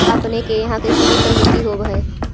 अपने के यहाँ कैसन कैसन मिट्टी होब है?